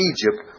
Egypt